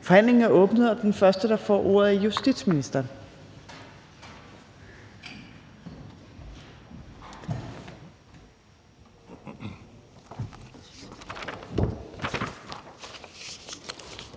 Forhandlingen er åbnet. Den første, der får ordet, er justitsministeren.